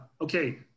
okay